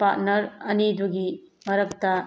partner ꯑꯅꯤꯗꯨꯒꯤ ꯃꯔꯛꯇ